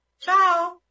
Ciao